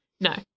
No